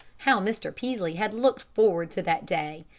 how mr. peaslee had looked forward to that day!